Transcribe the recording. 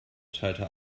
teilte